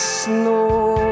snow